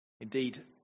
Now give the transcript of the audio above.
Indeed